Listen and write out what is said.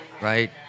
right